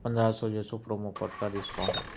پندرہ سو جو سو پرومو کوڈ کا ڈسکاؤنٹ ہے